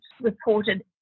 reported